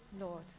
Lord